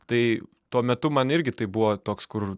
tai tuo metu man irgi tai buvo toks kur